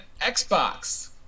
Xbox